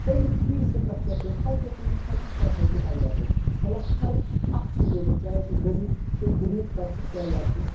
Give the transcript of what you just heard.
تمیُک fee structure تہِ ٲس تَتہِ تہِ ٲس تِمَن ہَر کانٛہہ فیسَلٹی ایویلیبٕل مَطلَب ہَر اکھ سٹوڈنٹ چاہے سُہ غریٖب سے غریٖب طبقُک کیازِ آسہِ نہٕ